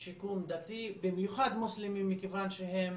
שיקום דתי, במיוחד מוסלמים, מכיוון שהם